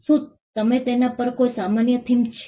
શું તેના પર કોઈ સામાન્ય થીમ છે